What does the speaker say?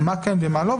מה כן ומה לא.